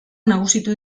nagusitu